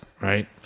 right